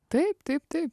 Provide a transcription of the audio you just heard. taip taip taip